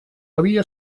havia